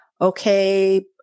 okay